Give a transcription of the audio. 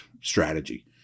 strategy